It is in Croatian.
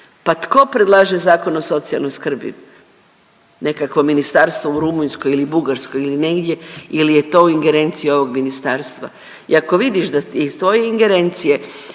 Pa tko predlaže Zakon o socijalnoj skrbi? Nekakvo ministarstvo u Rumunjskoj ili Bugarskoj ili negdje ili je to u ingerenciji ovog ministarstva i ako vidiš da je iz tvoje ingerencije,